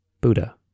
Buddha